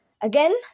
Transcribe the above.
Again